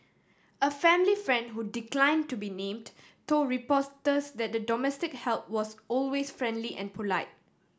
a family friend who declined to be named told reporters that the domestic help was always friendly and polite